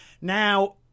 Now